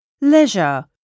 Leisure